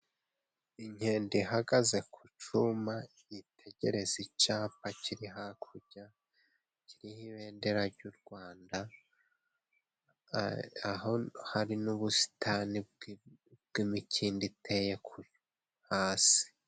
Inkende ihagaze ku cuma yitegereza icapa kiri hakurya kiriho ibendera ry'u Rwanda. Aho hari n'ubusitani bw'imikindo iteye hasi.